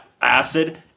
acid